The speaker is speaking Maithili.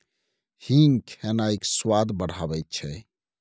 हींग खेनाइक स्वाद बढ़ाबैत छै